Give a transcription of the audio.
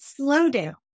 slowdown